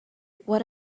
what